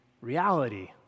reality